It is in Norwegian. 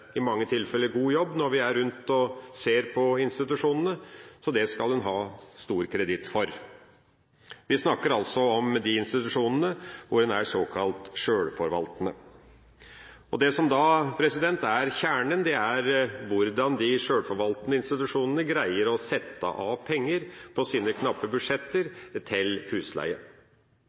når vi er rundt og ser på institusjonene. Det skal de ha stor kredit for. Vi snakker altså om de institusjonene hvor en er såkalt sjølforvaltende. Det som er kjernen, er hvordan de sjølforvaltende institusjonene greier å sette av penger på sine knappe budsjetter til husleie.